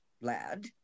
lad